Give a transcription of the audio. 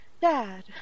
dad